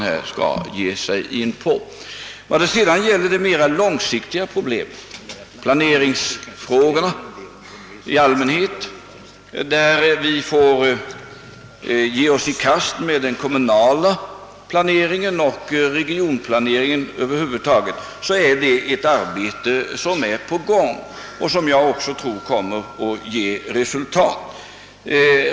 Arbetet med att åstadkomma en lösning av de mera långsiktiga problemen — planeringsfrågorna i allmänhet — där vi får ge oss i kast med den kommunala planeringen och regionplaneringen över huvud taget, är redan i gång och bör komma att ge resultat.